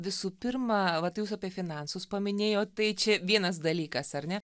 visų pirma vat jūs apie finansus paminėjot tai čia vienas dalykas ar ne